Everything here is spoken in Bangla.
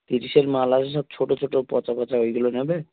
তিরিশের মাল আসে সব ছোটো ছোটো পচা পচা ওইগুলো নেবে